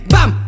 Bam